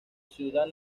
ciudad